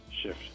shift